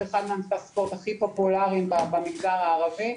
זה אחד מענפי הספורט הכי פופולריים במגזר הערבי.